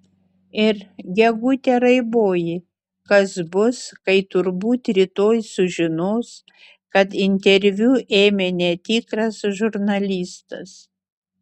ir gegute raiboji kas bus kai turbūt rytoj sužinos kad interviu ėmė netikras žurnalistas